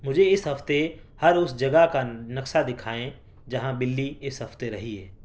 مجھے اس ہفتے ہر اس جگہ کا نقشہ دکھائیں جہاں بلی اس ہفتے رہی ہے